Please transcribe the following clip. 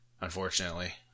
unfortunately